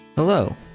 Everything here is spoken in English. Hello